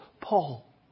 Paul